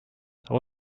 that